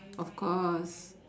of course